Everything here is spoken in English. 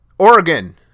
Oregon